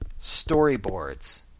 storyboards